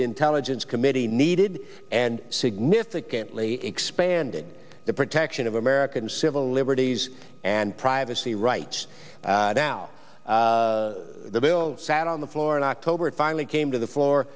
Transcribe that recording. intelligence committee needed and significantly expanded the protection of american civil liberties and privacy rights down the bill sat on the floor in october finally came to the floor